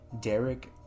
Derek